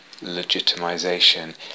legitimization